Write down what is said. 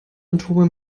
atome